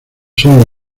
son